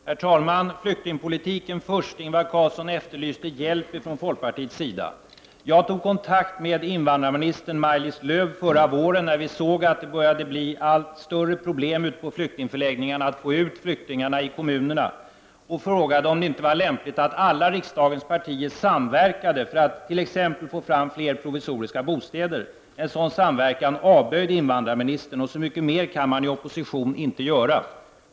Herr talman! Flyktingpolitiken först. Ingvar Carlsson efterlyste hjälp från folkpartiet. Jag tog kontakt med invandrarminister Maj-Lis Lööw förra våren, när vi såg att det började bli allt större problem på flyktingförläggningarna att få ut flyktingarna i kommunerna, och frågade om det inte var lämpligt att alla riksdagens partier samverkade för att t.ex. få fram fler provisoriska bostäder. En sådan samverkan avböjde invandrarministern. Så mycket mer kan man i opposition inte göra.